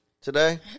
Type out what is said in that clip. today